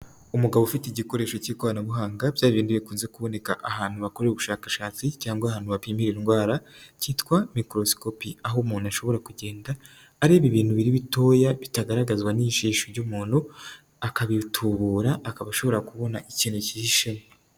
Umugabo ufite igikoresho cy'ikoranabuhanga bya bindi bikunze kuboneka ahantu bakorera ubushakashatsi cyangwa ahantu hapimira indwara kitwa mikorosikopi, aho umuntu ashobora kugenda areba ibintu biri bitoya bitagaragazwa n'ijisho ry'umuntu akabitubura akaba ashobora kubona ikintu kihishe.